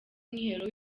mwiherero